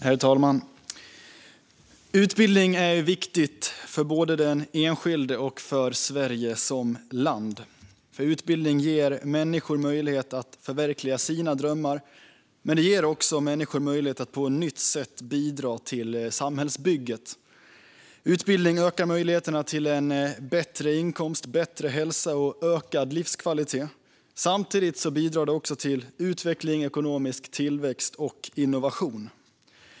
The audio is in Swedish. Herr talman! Utbildning är viktigt både för den enskilde och för Sverige som land. Utbildning ger människor möjlighet att förverkliga sina drömmar och att på ett nytt sätt bidra till samhällsbygget. Utbildning ökar möjligheterna till en bättre inkomst, bättre hälsa och ökad livskvalitet. Samtidigt bidrar utbildning också till utveckling, ekonomisk tillväxt och innovation.